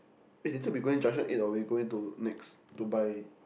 eh later we going Junction-Eight or we going to Nex to buy